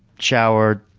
shower,